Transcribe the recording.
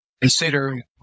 consider